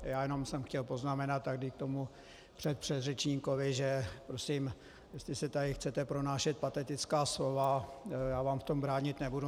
Já jenom jsem chtěl poznamenat k tomu předpředřečníkovi, že prosím, jestli tady chcete pronášet patetická slova, já vám v tom bránit nebudu.